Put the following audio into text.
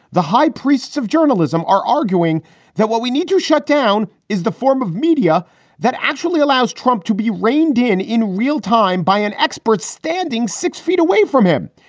the high priests of journalism are arguing that what we need to shut down is the form of media that actually allows trump to be reined in in real time by an expert standing six feet away from him.